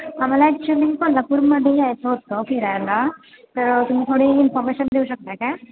आम्हाला ॲक्च्युअली कोल्हापूरमध्ये यायचं होतं फिरायला तर तुम्ही थोडी इन्फॉर्मेशन देऊ शकता का